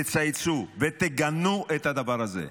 תצייצו ותגנו את הדבר הזה.